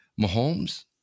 Mahomes